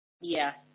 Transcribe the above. Yes